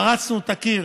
פרצנו את הקיר,